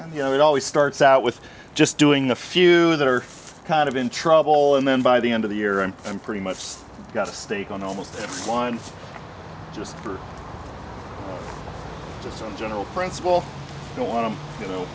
and you know it always starts out with just doing a few that are kind of in trouble and then by the end of the year and i'm pretty much got a steak on almost one just for just on general principle going to you know